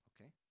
Okay